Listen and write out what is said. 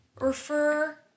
Refer